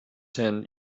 hand